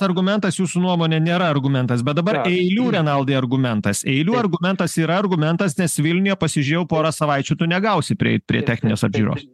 argumentas jūsų nuomone nėra argumentas bet dabar eilių renaldai argumentas eilių argumentas yra argumentas nes vilniuje pasižiūrėjau porą savaičių tu negausi prieit prie techninės apžiūros